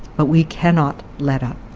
but we cannot let up.